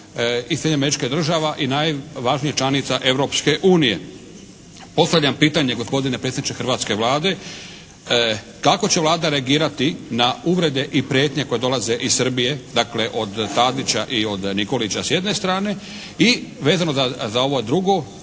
i Sjedinjenih Američkih Država i najvažnijih članica Europske unije. Postavljam pitanje gospodine predsjedniče hrvatske Vlade kako će Vlada reagirati na uvrede i prijetnje koje dolaze iz Srbije, dakle od Tadića i od Nikolića s jedne strane i vezano za ovo drugo